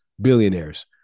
billionaires